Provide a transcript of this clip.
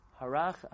Harach